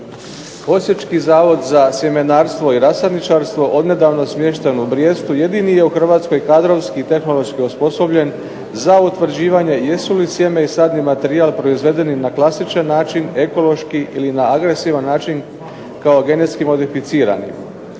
Osječki zavod za sjemenarstvo i rasadničarstvo odnedavno smješten u Brijestu jedini je Hrvatskoj kadrovski i tehnološki osposobljen za utvrđivanje jesu li sjeme i sadni materijal proizvedeni na klasičan način, ekološki ili na agresivan način kao genetski modificiran.